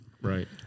Right